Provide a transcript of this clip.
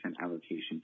allocation